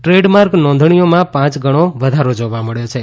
trademark નોંધણીઓમાં પાંચ ગણો વધારો જોવા મળ્યો છે